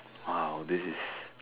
!wow! this is